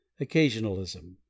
occasionalism